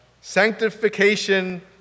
Sanctification